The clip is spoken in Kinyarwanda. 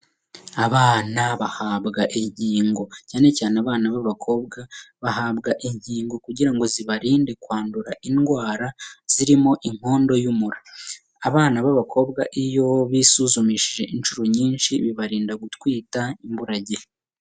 Abana bahabwa inkingo, cyane cyane abana b'abakobwa, bahabwa inkingo kugira ngo zibarinde kwandura indwara zirimo inkondo y'umura, abana b'abakobwa iyo bisuzumishije inshuro nyinshi bibarinda gutwita imburagihe.